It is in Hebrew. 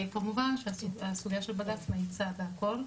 כמובן שהסוגייה של בג"צ מאיצה בכל.